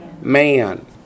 man